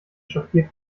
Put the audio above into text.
schockiert